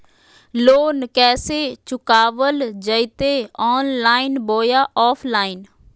Loan कैसे चुकाबल जयते ऑनलाइन बोया ऑफलाइन?